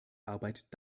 arbeit